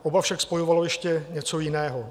Oba však spojovalo ještě něco jiného.